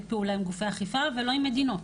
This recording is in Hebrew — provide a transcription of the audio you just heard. פעולה עם גופי האכיפה ולא עם מדינות.